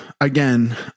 Again